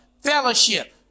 Fellowship